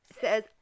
says